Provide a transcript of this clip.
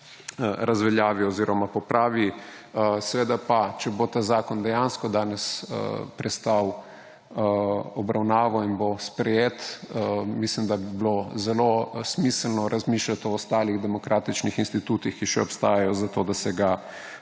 razveljavi oziroma popravi. Če pa bo ta zakon dejansko danes prestal obravnavo in bo sprejet, mislim, da bi bilo zelo smiselno razmišljati o ostalih demokratičnih institutih, ki še obstajajo za to, da se ga